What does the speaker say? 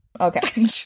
Okay